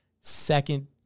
second